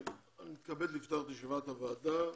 אני מתכבד לפתוח את ישיבת הוועדה.